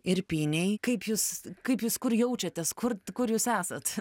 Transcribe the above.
irpynėj kaip jūs kaip jūs kur jaučiatės kur kur jūs esat